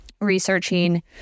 researching